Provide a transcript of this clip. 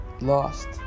lost